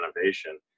innovation